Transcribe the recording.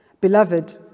Beloved